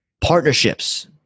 partnerships